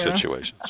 situations